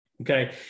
Okay